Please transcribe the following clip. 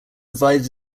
divided